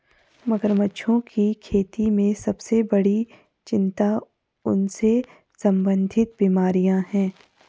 मगरमच्छों की खेती में सबसे बड़ी चिंता उनसे संबंधित बीमारियां हैं?